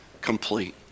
complete